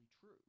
true